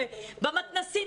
במתנ"סים,